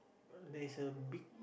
there's a big